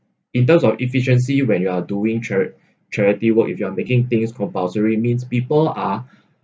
in terms of efficiency when you are doing char~ charity work if you are making things compulsory means people are